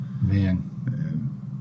Man